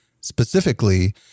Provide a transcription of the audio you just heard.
specifically